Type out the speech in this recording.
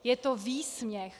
Je to výsměch!